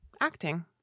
acting